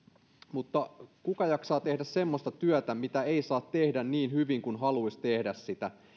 mutta kuka jaksaa tehdä semmoista työtä mitä ei saa tehdä niin hyvin kuin haluaisi tehdä